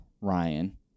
Ryan